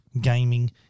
gaming